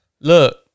Look